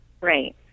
Right